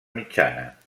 mitjana